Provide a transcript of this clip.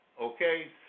Okay